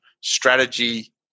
strategy